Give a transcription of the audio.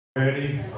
Ready